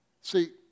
See